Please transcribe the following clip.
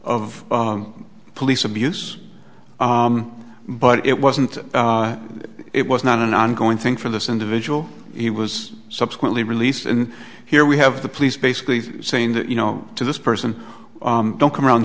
of police abuse but it wasn't it was not an ongoing thing for this individual he was subsequently released and here we have the police basically saying that you know to this person don't come around